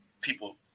people